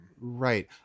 Right